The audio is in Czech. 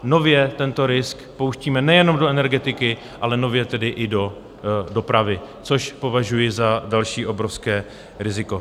Nově tento risk pouštíme nejenom do energetiky, ale nově tedy i do dopravy, což považuji za další obrovské riziko.